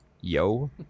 Yo